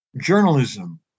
journalism